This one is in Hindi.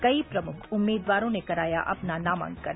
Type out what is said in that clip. कई प्रमुख उम्मीदवारों ने कराया अपना नामांकन